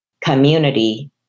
community